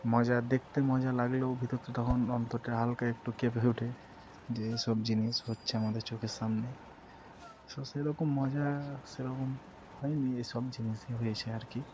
মজা দেখতে মজা লাগলেও ভিতরটা তখন অন্তরটা হালকা একটু কেঁপে ওঠে যে এসব জিনিস হচ্ছে আমাদের চোখের সামনে সো সেরকম মজা সেরকম হয়নি এই সব জিনিসই হয়েছে আর কি